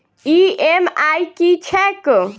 EMI की छैक?